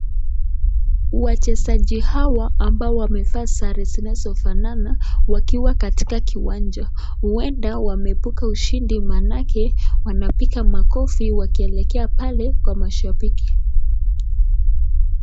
Wachezaji hawa ambao wamevaa sare zinazofanana wakiwa katika kiwanja, huenda wameibuka ushindi manake wanapiga makofi wakielekea pale kwa mashabiki.